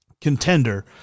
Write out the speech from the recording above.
contender